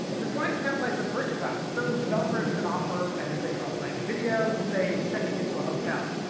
the slice templates are versatile so developers can offer everything from playing a video to, say, checking into a hotel.